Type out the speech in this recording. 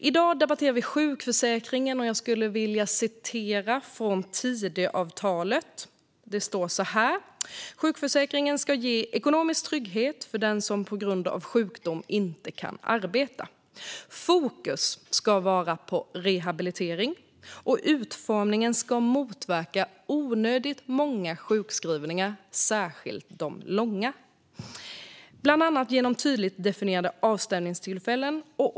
I dag debatterar vi sjukförsäkringen, och jag vill gärna citera från Tidöavtalet: "Sjukförsäkringen ska ge ekonomisk trygghet för den som på grund av sjukdom inte kan arbeta. Fokus ska vara på rehabilitering och utformningen ska motverka onödigt många sjukskrivningar, särskilt långa sådana, bland annat genom tydligt definierade avstämningstillfällen.